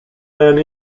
and